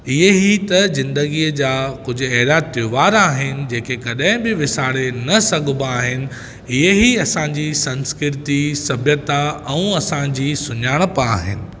इहे ई त ज़िंदगीअ जा कुझु अहिड़ा त्योहार आहिनि जेके कॾहिं बि विसारे न सघिबा आहिनि इहे ई असांजी संस्कृति सभ्यता ऐं असांजी सुञाणप आहिनि